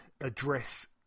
address